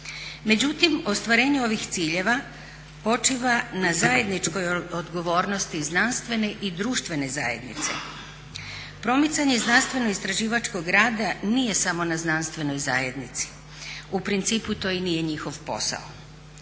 Međutim, ostvarenje ovih ciljeva počiva na zajedničkoj odgovornosti znanstvene i društvene zajednice. Promicanje znanstveno istraživačkog rada nije samo na znanstvenoj zajednici. U principu to i nije njihov posao.